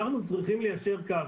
אנחנו צריכים ליישר קו.